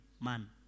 man